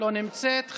לא נמצאת,